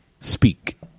speak